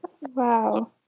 wow